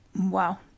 Wow